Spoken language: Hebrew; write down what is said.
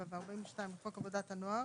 7 ו- 42 לחוק עבודת הנוער,